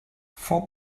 four